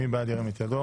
מי בעד, ירים את ידו.